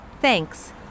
Thanks